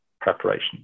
preparation